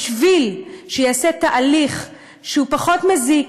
כדי שייעשה תהליך פחות מזיק,